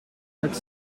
het